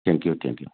thank you thank you